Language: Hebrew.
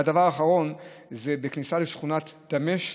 והדבר האחרון זה בכניסה לשכונת דהמש,